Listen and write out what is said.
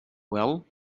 well